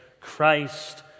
Christ